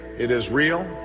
it is real.